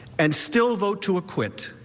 and still vote to acquit,